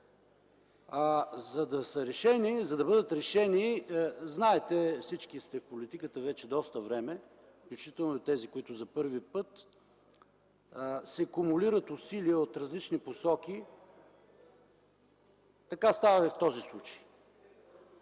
За да бъдат решени, знаете, всички сте в политиката вече доста време, включително и тези, които са за първи път, кумулират се усилия от различни посоки – така става и в този случай.